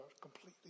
completely